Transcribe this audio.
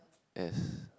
yes